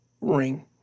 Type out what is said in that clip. ring